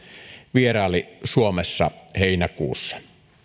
vieraili suomessa heinäkuussa